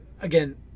again